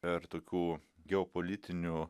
ir tokių geopolitinių